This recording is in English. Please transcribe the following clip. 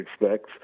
expects